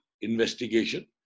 investigation